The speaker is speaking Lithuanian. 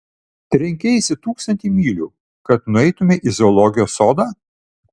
trenkeisi tūkstantį mylių kad nueitumei į zoologijos sodą